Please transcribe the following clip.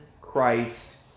christ